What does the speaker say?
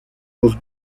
dos